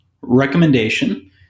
recommendation